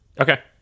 Okay